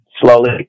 slowly